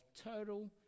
total